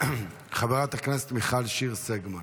חברת הכנסת מיכל שיר סגמן,